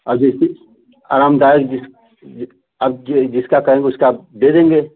और जैसे आरामदायक जिस इस अब जो जिसका कहेंगे उसका हम दे देंगे